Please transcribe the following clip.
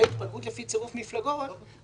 גם ככה הציבור לא מת על מה שקורה כאן,